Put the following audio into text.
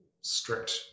strict